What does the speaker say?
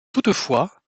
toutefois